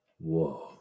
whoa